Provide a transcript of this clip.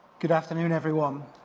good afternoon everyone.